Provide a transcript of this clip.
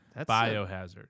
Biohazard